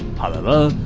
however,